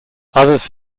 others